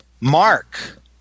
Mark